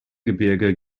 gebirge